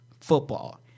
football